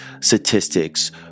statistics